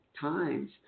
times